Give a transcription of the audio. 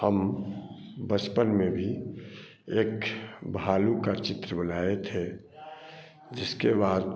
हम बचपन में भी एक भालू का चित्र बनाए थे जिसके बाद